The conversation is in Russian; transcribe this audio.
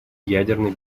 ядерной